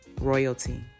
royalty